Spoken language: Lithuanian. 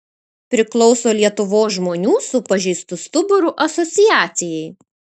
priklauso lietuvos žmonių su pažeistu stuburu asociacijai